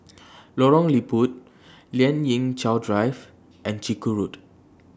Lorong Liput Lien Ying Chow Drive and Chiku Road